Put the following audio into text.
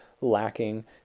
lacking